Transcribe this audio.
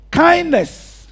kindness